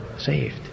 saved